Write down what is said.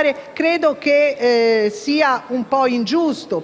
a votare sia un po' ingiusto.